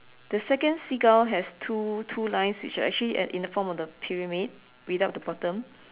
the second seagull has two two lines which are actually at in the form of the pyramid without the bottom